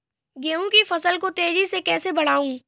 गेहूँ की फसल को तेजी से कैसे बढ़ाऊँ?